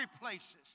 places